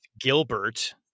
Gilbert